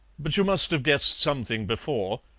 but you must have guessed something before.